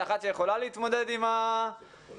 אחת שיכולה להתמודד עם המשבר,